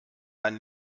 dann